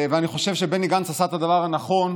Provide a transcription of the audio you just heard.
ואני חושב שבני גנץ עשה את הדבר הנכון,